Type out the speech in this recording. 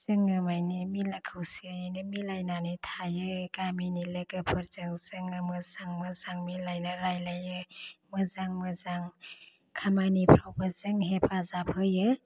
जोङो मानि मिला खौसेयैनो मिलायनानै थायो गामिनि लोगोफोरजों जोङो मोजां मोजां मिलायो रायलायो मोजां मोजां खामनिफ्रावबो जों हेफाजाब हायो